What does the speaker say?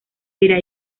era